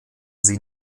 sie